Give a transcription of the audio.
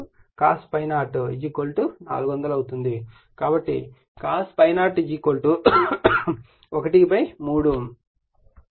కాబట్టి cos ∅0 13 ∅0 70